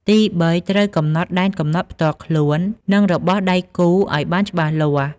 ទីបី ត្រូវ កំណត់ដែនកំណត់ ផ្ទាល់ខ្លួន និងរបស់ដៃគូឱ្យបានច្បាស់លាស់។